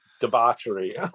debauchery